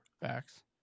Facts